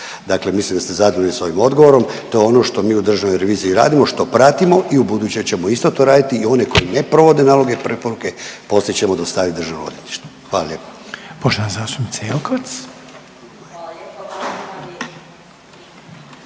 Dakle, mislim da ste zadovoljni svojim odgovorom. To je ono što mi u Državnoj reviziji radimo, što pratimo i u buduće ćemo isto to raditi i one koji ne provode naloge i preporuke poslije ćemo dostavit Državnom odvjetništvu, hvala lijepa.